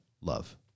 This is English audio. love